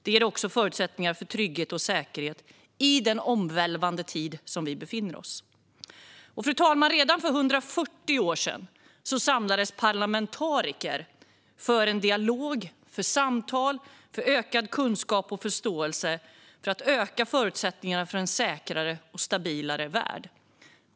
Det gäller också förutsättningar för trygghet och säkerhet i den omvälvande tid vi befinner oss i. Fru talman! Redan för 140 år sedan samlades parlamentariker för en dialog, för samtal, för ökad kunskap och förståelse, för att öka förutsättningarna för en säkrare och stabilare värld.